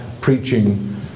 preaching